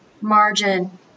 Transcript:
margin